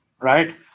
Right